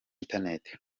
internet